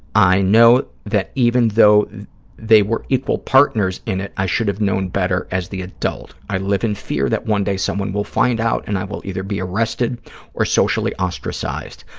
i know that even though they were equal partners in it, i should have known better as the adult. i live in fear that one day someone will find out and i will either be arrested or socially ostracized.